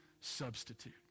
substitute